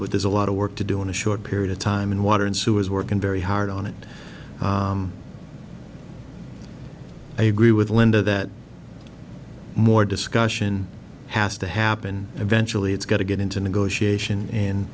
but there's a lot of work to do in a short period of time and water and sewer is working very hard on it i agree with linda that more discussion has to happen eventually it's got to get into negotiation and